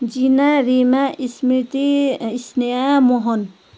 Jeena Rima Smriti Sneha Mohan